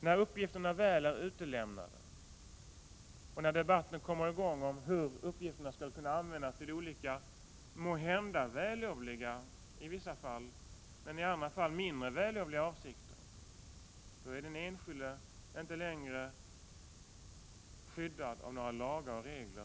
När uppgifterna väl är utlämnade och debatten kommer i gång om hur uppgifterna skall kunna användas till olika, i vissa fall måhända vällovliga, men i andra fall mindre vällovliga, avsikter, är den enskilde inte längre skyddad av några lagar eller regler.